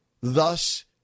Thus